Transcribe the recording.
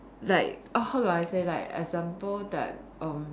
like how do I say like example like erm